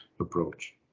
approach